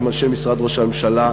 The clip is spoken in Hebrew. עם אנשי משרד ראש הממשלה,